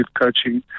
coaching